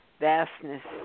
vastness